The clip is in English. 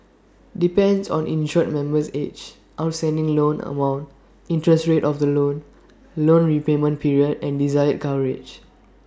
depends on insured member's age outstanding loan amount interest rate of the loan loan repayment period and desired coverage